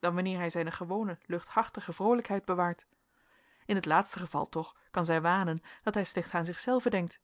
dan wanneer hij zijne gewone luchthartige vroolijkheid bewaart in het laatste geval toch kan zij wanen dat hij slechts aan zich zelven denkt